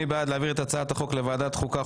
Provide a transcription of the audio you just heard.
מי בעד להעביר את הצעת החוק לוועדת חוקה,